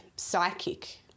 psychic